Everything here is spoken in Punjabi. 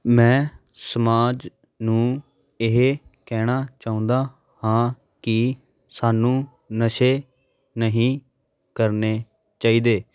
ਮੈਂ ਸਮਾਜ ਨੂੰ ਇਹ ਕਹਿਣਾ ਚਾਹੁੰਦਾ ਹਾਂ ਕਿ ਸਾਨੂੰ ਨਸ਼ੇ ਨਹੀਂ ਕਰਨੇ ਚਾਹੀਦੇ